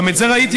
גם את זה ראיתי.